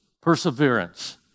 perseverance